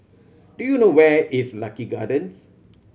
do you know where is Lucky Gardens